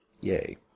yay